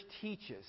teaches